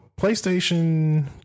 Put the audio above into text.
PlayStation